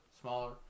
smaller